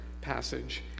passage